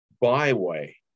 byway